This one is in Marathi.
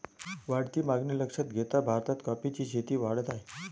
वाढती मागणी लक्षात घेता भारतात कॉफीची शेती वाढत आहे